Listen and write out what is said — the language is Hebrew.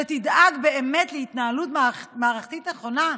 שתדאג באמת להתנהלות מערכתית נכונה,